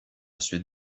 suite